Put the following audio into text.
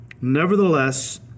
Nevertheless